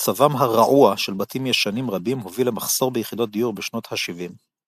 מצבם הרעוע של בתים ישנים רבים הוביל למחסור ביחידות דיור בשנות השבעים.